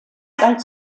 galt